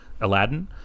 Aladdin